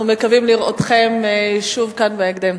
אנחנו מקווים לראותכם שוב כאן בהקדם.